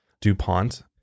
DuPont